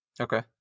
Okay